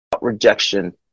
rejection